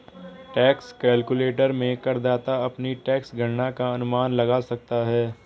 tax calculator में करदाता अपनी टैक्स गणना का अनुमान लगा सकता है